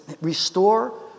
restore